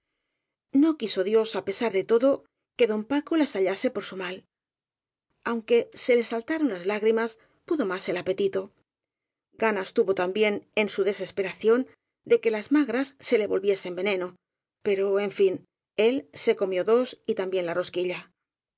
no quiso dios á pesar de todo que don paco las hallase por su mal aunque se le saltaron las lá grimas pudo más el apetito ganas tuvo también en su desesperación de que las magras se le vol viesen veneno pero en fin él se comió dos y tam bién la rosquilla